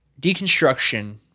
deconstruction